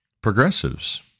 progressives